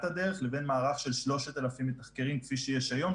הדרך לבין מערך של 3,000 מתחקרים כפי שיש היום,